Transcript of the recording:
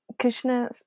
Krishna